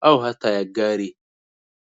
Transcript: au hata ya gari.